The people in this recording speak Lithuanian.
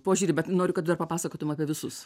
požiūrį bet noriu kad dar papasakotum apie visus